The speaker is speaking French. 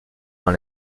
dans